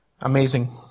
Amazing